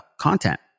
content